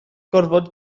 gorfod